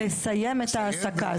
לסיים את ההעסקה.